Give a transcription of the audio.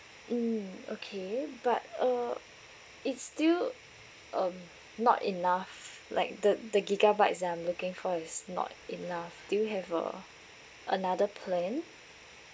mm okay but uh it's still um not enough like the the gigabytes that I'm looking for is not enough do you have uh another plan